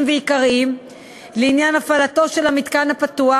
ועיקריים לעניין הפעלת המתקן הפתוח,